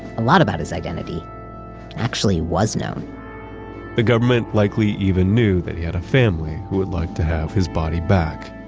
a lot about his identity actually was known the government likely even knew that he had a family who would like to have his body back.